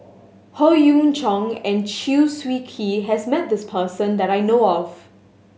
Howe Yoon Chong and Chew Swee Kee has met this person that I know of